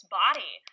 body